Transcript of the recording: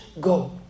go